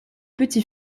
petit